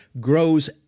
grows